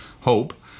hope